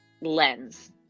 lens